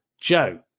Joe